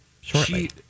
shortly